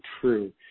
true